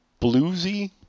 bluesy